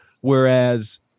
whereas